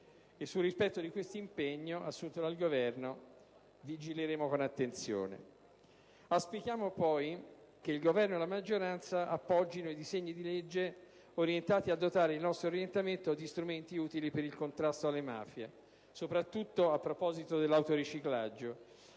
sul rispetto di questo impegno assunto dal Governo. Auspichiamo altresì che il Governo e la maggioranza appoggino i disegni di legge orientati a dotare il nostro ordinamento di strumenti utili per il contrasto alle mafie, soprattutto a proposito dell'autoriciclaggio,